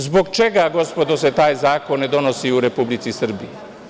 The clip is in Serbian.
Zbog čega se gospodo taj zakon ne donosi u Republici Srbiji?